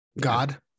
God